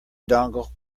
dongle